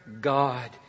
God